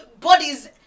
bodies